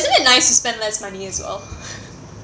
isn't it nice to spend less money as well